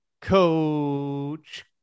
Coach